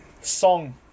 Song